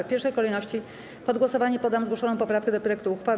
W pierwszej kolejności pod głosowanie poddam zgłoszoną poprawkę do projektu uchwały.